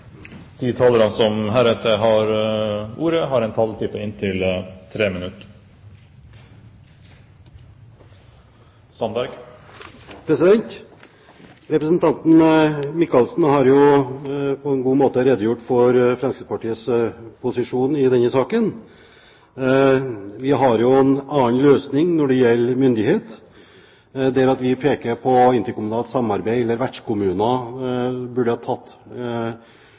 De talere som heretter får ordet, har en taletid på inntil 3 minutter. Representanten Michaelsen har på en god måte redegjort for Fremskrittspartiets posisjon i denne saken. Vi har jo en annen løsning når det gjelder myndighet, ved at vi peker på interkommunalt samarbeid eller at vertskommuner burde